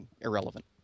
irrelevant